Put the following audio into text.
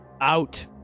Out